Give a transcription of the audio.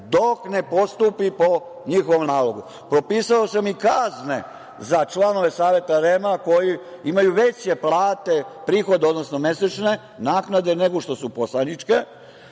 dok ne postupi po njihovom nalogu. Popisao sam i kazne za članove Saveta REM-a koji imaju veće plate, odnosno mesečne naknade nego što su poslaničke,